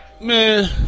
Man